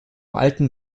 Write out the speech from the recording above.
alten